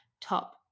top